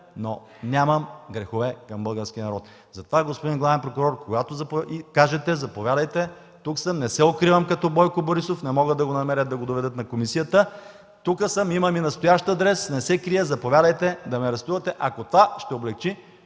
но нямам грехове към българския народ. Затова, господин главен прокурор, когато кажете, заповядайте, тук съм, не се укривам като Бойко Борисов – не могат да го намерят, за да го доведат в комисията. Тук съм, имам и настоящ адрес, не се крия, заповядайте да ме арестувате, ако това ще облекчи